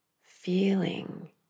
feeling